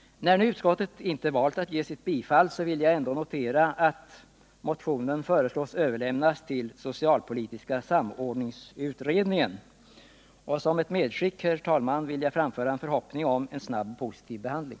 När nu utskottet inte valt att tillstyrka motionen vill jag ändå notera att motionen föreslås överlämnas till socialpolitiska samordningsutredningen. Och som ett medskick, herr talman, vill jag framföra en förhoppning om en snabb och positiv behandling.